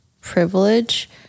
privilege